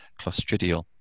clostridial